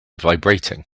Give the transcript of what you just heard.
vibrating